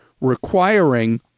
requiring